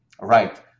right